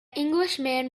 englishman